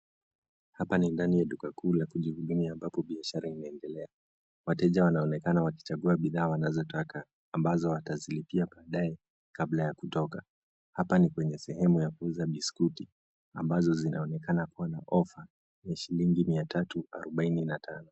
Hapa ni ndani ya duka kuu la vijijini ambapo biashara inaendelea. Wateja wanaonekana wakichagua bidhaa wanazotaka ambazo watazilipia baadae kabla ya kutoka. Hapa ni kwenye sehemu ya kuuza biskuti ambazo zinaonekana kuwa na ofa ya shilingi mia tatu arobaini na tano.